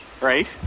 right